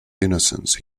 innocence